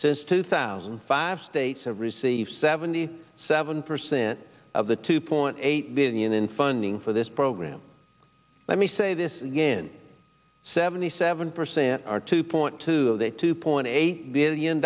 since two thousand and five states have received seventy seven percent of the two point eight billion in funding for this program let me say this again seventy seven percent are two point two they two point eight billion